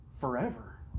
forever